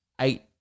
eight